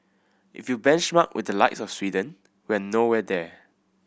if you benchmark with the likes of Sweden we're nowhere there